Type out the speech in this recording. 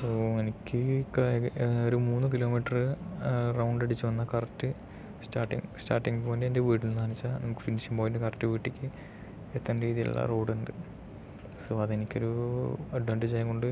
so എനിക്ക് കായിക ഒരു മൂന്ന് കിലോമീറ്ററ് റൗണ്ടടിച്ച് വന്ന കറക്ട് സ്റ്റാർട്ടിങ് സ്റ്റാർട്ടിങ് പോയിൻറ്റ് എൻ്റെ വീട്ടിൽ നിന്നാണ് വെച്ചാൽ നമുക്ക് ഫിനിഷിംഗ് പോയിൻറ്റ് കറക്റ്റ് വീട്ടിലേക്ക് എത്തണ രീതിയിലുള്ള റോഡിണ്ട് സൊ അതെനിക്കൊരു അഡ്വാൻറ്റേജ് ആയതുകൊണ്ട്